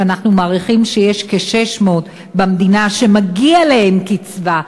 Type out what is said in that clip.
ואנחנו מעריכים שיש כ-600 במדינה שמגיעה להם קצבה,